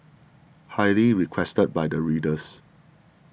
highly requested by the readers